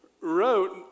wrote